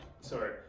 sorry